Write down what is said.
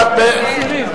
מסירים.